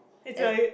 as